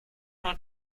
nur